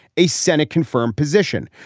a senate confirmed position.